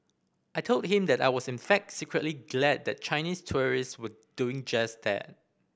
I told him that I was in fact secretly glad that Chinese tourist were doing just that